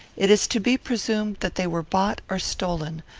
it is to be presumed that they were bought or stolen,